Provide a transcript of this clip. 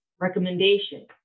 recommendation